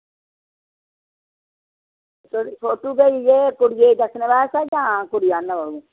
तुस फोटू भेजगे कुड़िये दस्सने वास्तै जां कुड़ी आह्नने पौग